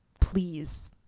Please